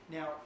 Now